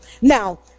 Now